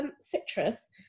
citrus